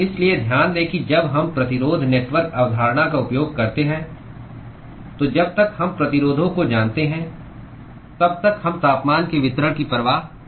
इसलिए ध्यान दें कि जब हम प्रतिरोध नेटवर्क अवधारणा का उपयोग करते हैं तो जब तक हम प्रतिरोधों को जानते हैं तब तक हम तापमान के वितरण की परवाह नहीं करते हैं